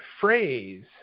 phrase